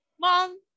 mom